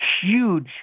huge